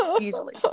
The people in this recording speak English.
easily